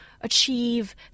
achieve